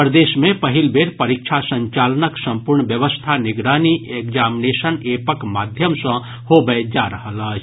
प्रदेश मे पहिल बेर परीक्षा संचालनक संपूर्ण व्यवस्था निगरानी एग्जामिनेशन एपक माध्यम सँ होबय जा रहल अछि